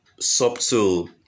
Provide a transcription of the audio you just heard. subtle